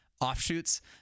offshoots